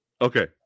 Okay